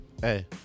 hey